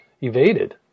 evaded